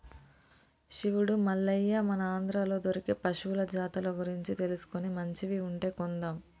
శివుడు మల్లయ్య మన ఆంధ్రాలో దొరికే పశువుల జాతుల గురించి తెలుసుకొని మంచివి ఉంటే కొందాం